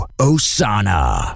Osana